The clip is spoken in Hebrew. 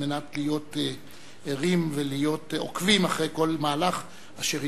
על מנת להיות ערים ולעקוב אחר כל מהלך אשר